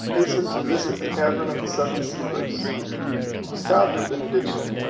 hastened to visit the cavern of the seven sleepers who bestowed their benediction,